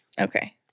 Okay